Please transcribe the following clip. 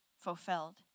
fulfilled